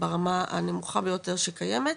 ברמה הנמוכה ביותר שקיימת,